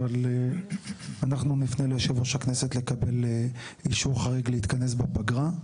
אבל אנחנו נפנה ליושב ראש הכנסת לקבל אישור חריג להתכנס בפגרה.